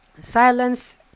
Silence